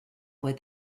where